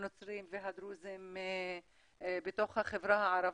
הנוצרים והדרוזים בתוך החברה הערבית.